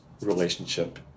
relationship